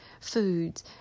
foods